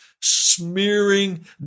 smearing